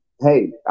hey